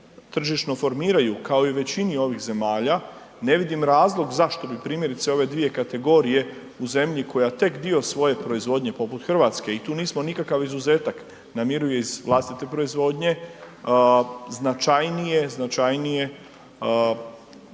tržišno formiraju kao i u većini ovih zemalja, ne vidim razlog zašto bi primjerice ove dvije kategorije u zemlji koja tek dio svoje proizvodnje poput RH i tu nismo nikakav izuzetak, namiruje iz vlastite proizvodnje, značajnije, značajnije kretali